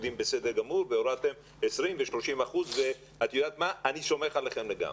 הורדתם 20% ו-30% ואני סומך עליכם לגמרי.